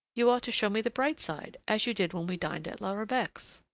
you ought to show me the bright side, as you did when we dined at la rebec's.